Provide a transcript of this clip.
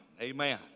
Amen